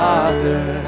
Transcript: Father